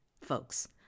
folks